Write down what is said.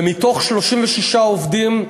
ומ-36 עובדים,